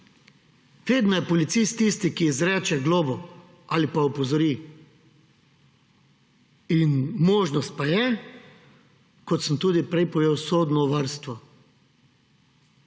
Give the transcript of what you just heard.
Vedno je policist tisti, ki izreče globo ali pa opozori. Možnost pa je, kot sem tudi prej povedal, sodno varstvo.